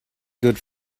good